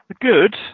good